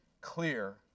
clear